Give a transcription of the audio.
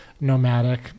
nomadic